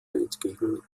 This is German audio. entgegen